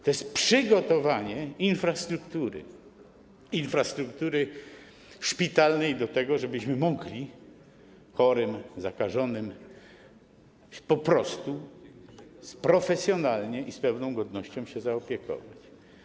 To jest przygotowanie infrastruktury szpitalnej do tego, żebyśmy mogli chorym, zakażonym po prostu profesjonalnie i z pewną godnością się zaopiekować.